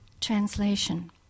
Translation